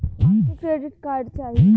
हमके credit card चाही